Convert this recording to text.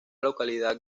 localidad